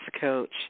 Coach